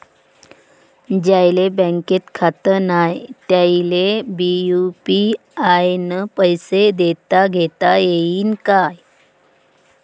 ज्याईचं बँकेत खातं नाय त्याईले बी यू.पी.आय न पैसे देताघेता येईन काय?